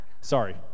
Sorry